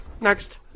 Next